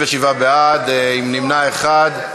37 בעד, נמנע אחד.